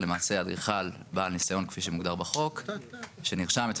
למעשה אדריכל בעל ניסיון כפי שמוגדר בחוק שנרשם אצל